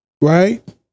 Right